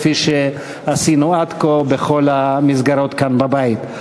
כפי שעשינו עד כה בכל המסגרות כאן בבית.